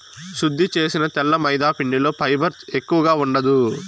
శుద్ది చేసిన తెల్ల మైదాపిండిలో ఫైబర్ ఎక్కువగా ఉండదు